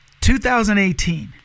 2018